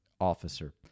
officer